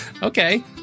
Okay